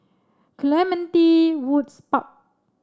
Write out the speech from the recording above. Clementi Woods Park